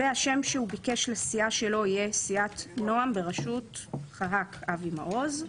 השם שהוא ביקש לסיעה שלו יהיה: סיעת נעם בראשות חה"כ אבי מעוז,